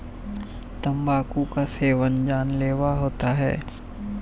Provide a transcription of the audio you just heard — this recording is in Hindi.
तंबाकू का सेवन जानलेवा होता है